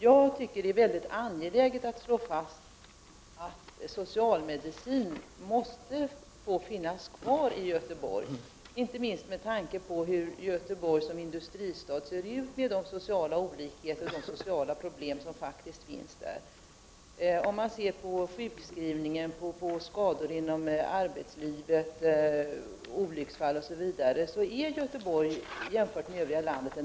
Jag tycker att det är angeläget att slå fast att socialmedicin måste få finnas kvar i Göteborg, inte minst med tanke på hur Göteborg som industristad ser ut, med de sociala olikheter och problem som där faktiskt finns. Om man ser på sjukskrivning, på skador i arbetslivet, på olycksfall, osv. är Göteborg en drabbad stad jämfört med övriga landet.